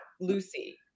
Lucy